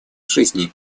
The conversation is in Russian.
жизни